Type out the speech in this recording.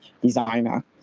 designer